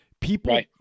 People